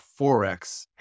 Forex